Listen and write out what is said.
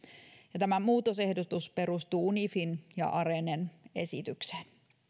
tämä muutosehdotus perustuu unifin ja arenen esitykseen